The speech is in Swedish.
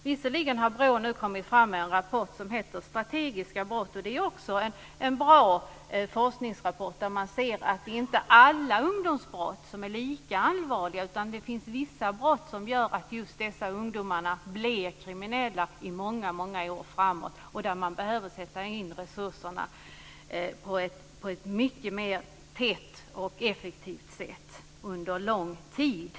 Visserligen har BRÅ nu tagit fram en rapport som heter Strategiska brott, som är en bra forskningsrapport som visar att alla ungdomsbrott inte är lika allvarliga. Det finns vissa brott som gör att ungdomarna blir kriminella i många år framöver och där man behöver sätta in resurserna mycket tätare och effektivare under lång tid.